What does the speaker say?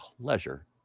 pleasure